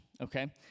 Okay